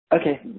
Okay